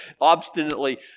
obstinately